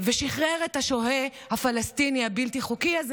ושחרר את השוהה הפלסטיני הבלתי-חוקי הזה